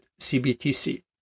CBTC